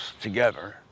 together